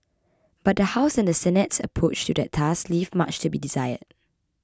but the House and Senate's approach to that task leave much to be desired